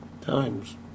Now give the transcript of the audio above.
times